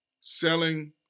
selling